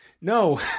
No